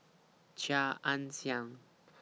Chia Ann Siang